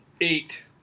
eight